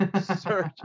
search